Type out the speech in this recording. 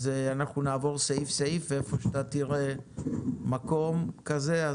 אז אנחנו נעבור סעיף סעיף ואיפה שאתה תראה מקום כזה,